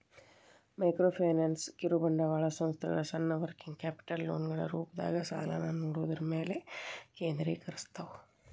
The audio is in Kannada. ಮೈಕ್ರೋಫೈನಾನ್ಸ್ ಕಿರುಬಂಡವಾಳ ಸಂಸ್ಥೆಗಳ ಸಣ್ಣ ವರ್ಕಿಂಗ್ ಕ್ಯಾಪಿಟಲ್ ಲೋನ್ಗಳ ರೂಪದಾಗ ಸಾಲನ ನೇಡೋದ್ರ ಮ್ಯಾಲೆ ಕೇಂದ್ರೇಕರಸ್ತವ